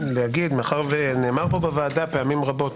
רבע מהסיעה.